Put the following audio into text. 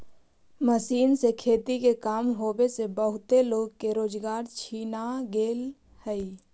machine से खेती के काम होवे से बहुते लोग के रोजगार छिना गेले हई